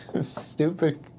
stupid